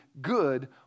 good